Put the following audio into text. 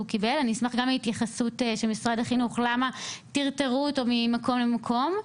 אני אשמח גם להתייחסות של משרד החינוך למה טרטרו אותו ממקום למקום.